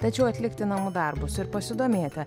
tačiau atlikti namų darbus ir pasidomėti